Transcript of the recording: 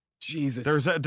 Jesus